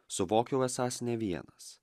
suvokiau esąs ne vienas